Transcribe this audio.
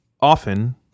often